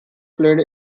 played